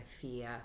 fear